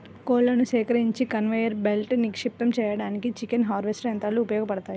కోళ్లను సేకరించి కన్వేయర్ బెల్ట్పై నిక్షిప్తం చేయడానికి చికెన్ హార్వెస్టర్ యంత్రాలు ఉపయోగపడతాయి